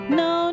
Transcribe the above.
no